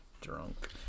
Drunk